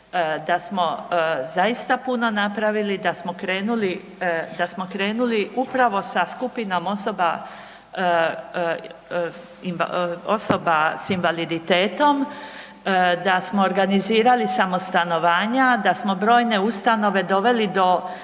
da smo zaista puno napravili, da smo krenuli upravo sa skupinom osoba s invaliditetom da smo organizirali samo stanovanja, da smo brojne ustanove doveli do